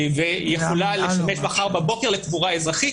והיא יכולה לשמש מחר בבוקר לקבורה אזרחית